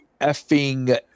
effing